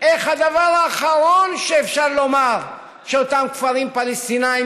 איך הדבר האחרון שאפשר לומר הוא שאותם כפרים פלסטיניים